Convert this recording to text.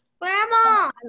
Grandma